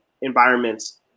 environments